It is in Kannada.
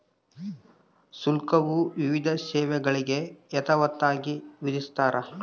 ಶುಲ್ಕವು ವಿವಿಧ ಸೇವೆಗಳಿಗೆ ಯಥಾವತ್ತಾಗಿ ವಿಧಿಸ್ತಾರ